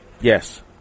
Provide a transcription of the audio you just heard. Yes